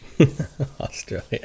Australia